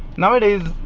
nowadays